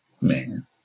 man